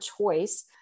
choice